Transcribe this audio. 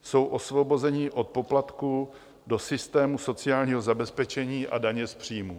Jsou osvobozeni od poplatků do systému sociálního zabezpečení a daně z příjmů.